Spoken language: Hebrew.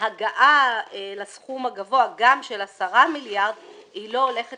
ההגעה לסכום הגבוה גם של 10 מיליארד היא לא הולכת